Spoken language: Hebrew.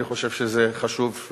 אני חושב שזה חשוב,